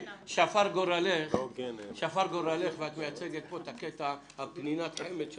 שפר גורלך ואת מייצגת פה את מעונות היום השיקומיים שזה פנינת החמד של